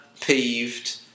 peeved